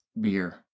beer